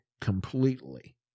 completely